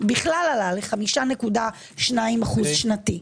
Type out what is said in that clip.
בכלל עלה ל-5.2% שנתי.